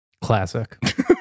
classic